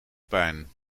pijn